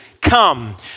come